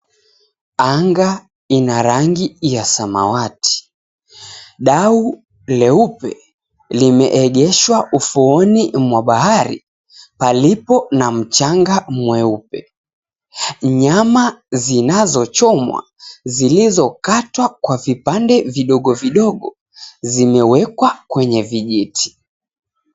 Anga ina rangi ya samawati. Dau leupe limeegeshwa ufuoni mwa bahari, palipo na mchanga mweupe. Nyama zinazochomwa, zilizokatwa kwa vipande vidogo vidogo zimewekwa kwenye vijiti.